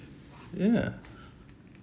ya